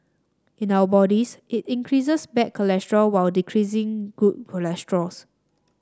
in our bodies it increases bad cholesterol while decreasing good cholesterol